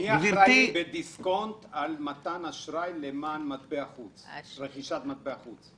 מי אחראי בדיסקונט על מתן אשראי לרכישת מטבע חוץ?